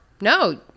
no